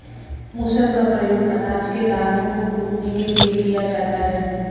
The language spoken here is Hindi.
मूसल का प्रयोग अनाज के दानों को कूटने के लिए किया जाता है